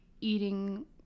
eating